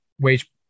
wage